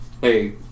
hey